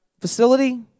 facility